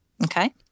Okay